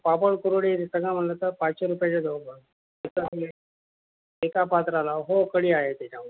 पापड कुरडई सगळं म्हटलं तर पाचशे रुपयाचे जवळ आ एका पात्राला हो कढी आहे त्याच्यावर